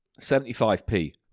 75p